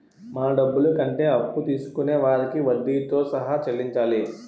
మన డబ్బులు కంటే అప్పు తీసుకొనే వారికి వడ్డీతో సహా చెల్లించాలి